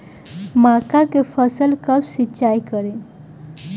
मका के फ़सल कब सिंचाई करी?